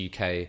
UK